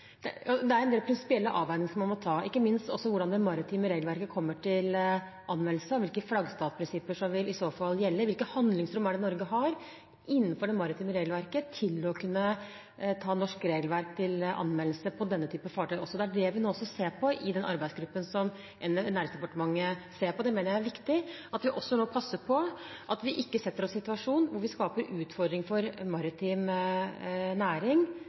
de fartøyene og det mannskapet brukes til oljerelatert aktivitet – gjelder arbeidsmiljølovens bestemmelser. Går statsråden inn for det? Det er en del prinsipielle avveininger som man må ta, ikke minst også hvordan det maritime regelverket kommer til anvendelse, og hvilke flaggstatsprinsipper som i så fall vil gjelde, og hvilket handlingsrom Norge har innenfor det maritime regelverket til å kunne ta norsk regelverk til anvendelse på denne type fartøy også. Det er det vi nå ser på i denne arbeidsgruppen, som Næringsdepartementet ser på. Jeg mener det er viktig at vi nå passer på at vi ikke setter oss